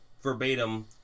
verbatim